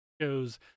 shows